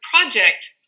project